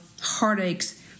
heartaches